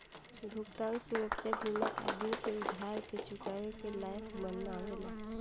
भुगतान सुरक्षा बीमा आदमी के उधार के चुकावे के लायक बनावेला